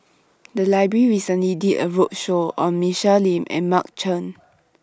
The Library recently did A roadshow on Michelle Lim and Mark Chan